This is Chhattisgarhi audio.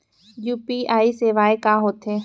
यू.पी.आई सेवाएं का होथे?